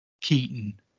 Keaton